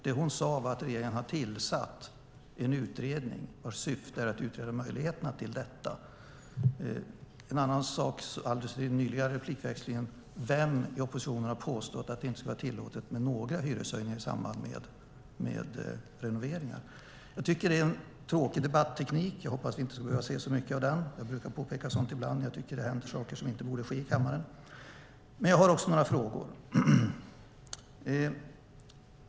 Det hon sade var att regeringen har tillsatt en utredning vars syfte är att utreda möjligheterna till detta. En annan sak från den senaste replikväxlingen: Vem i oppositionen skulle ha påstått att det inte skulle vara tillåtet med några hyreshöjningar alls i samband med renoveringar? Jag tycker att det är en tråkig debatteknik, och jag hoppas att vi inte ska behöva se så mycket av den. Jag brukar påpeka sådant ibland när jag tycker att det händer saker som inte borde ske i kammaren. Men jag har också några frågor.